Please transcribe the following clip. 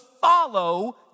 follow